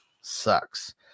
sucks